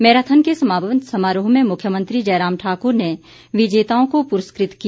marathon के समापन समारोह में मुख्यमंत्री जयराम ठाकर ने विजेताओं को प्रस्कृत किया